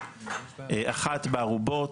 אחת בארובות,